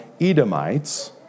Edomites